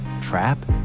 trap